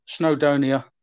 Snowdonia